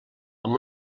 amb